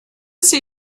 see